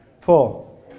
four